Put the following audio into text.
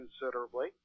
considerably